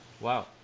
Wow